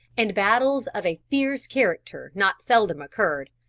and battles of a fierce character not seldom occurred,